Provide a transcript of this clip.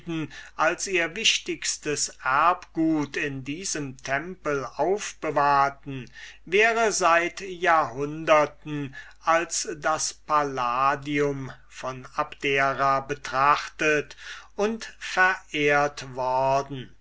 als ihr wichtigstes erbgut in diesem tempel aufbewahrten wäre seit jahrhunderten als das palladium von abdera betrachtet und verehrt worden